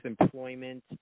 Employment